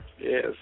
Yes